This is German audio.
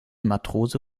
matrose